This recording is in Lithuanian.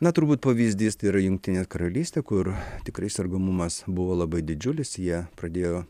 na turbūt pavyzdys tai yra jungtinė karalystė kur tikrai sergamumas buvo labai didžiulis jie pradėjo